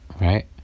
right